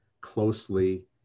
closely